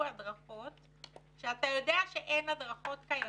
הדרכות בזמן שאתה יודע שאין הדרכות קיימות.